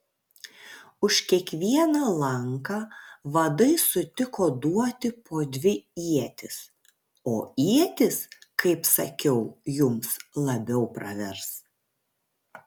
už kiekvieną lanką vadai sutiko duoti po dvi ietis o ietys kaip sakiau jums labiau pravers